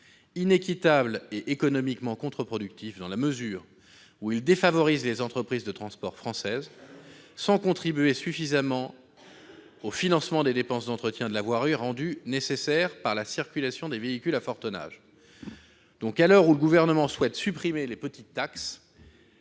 inéquitable et économiquement contre-productif dans la mesure où il défavorise les entreprises de transport françaises sans contribuer suffisamment au financement des dépenses d'entretien de la voirie rendues nécessaires par la circulation des véhicules à fort tonnage ». À l'heure où le Gouvernement souhaite supprimer les petites taxes,